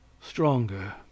stronger